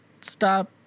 stop